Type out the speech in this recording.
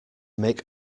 make